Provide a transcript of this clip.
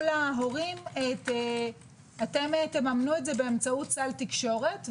להורים: אתם תממנו את זה באמצעות סל תקשורת.